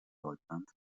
leutnant